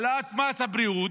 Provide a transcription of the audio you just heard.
העלאת מס הבריאות,